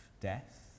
death